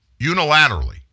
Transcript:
unilaterally